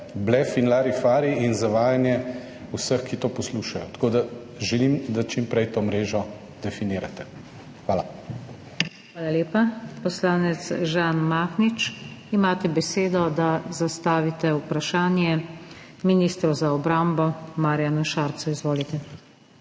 blef in larifari in zavajanje vseh, ki to poslušajo. Tako da želim, da čim prej to mrežo definirate. Hvala. **PODPREDSEDNICA NATAŠA SUKIČ:** Hvala lepa. Poslanec Žan Mahnič, imate besedo, da zastavite vprašanje ministru za obrambo Marjanu Šarcu, izvolite.